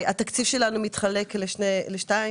התקציב שלנו נחלק לשניים.